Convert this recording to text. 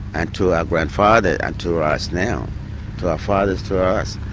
and to our grandfather and to us now, to our fathers, to us.